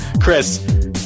Chris